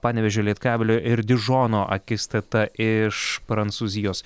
panevėžio lietkabelio ir dižono akistatą iš prancūzijos